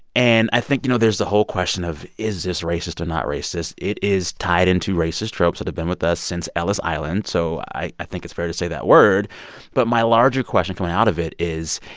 and i think, you know, there's the whole question of, is this racist or not racist? it is tied into racist tropes that have been with us since ellis island, so i i think it's fair to say that word but my larger question coming out of it is,